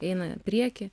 eina prieky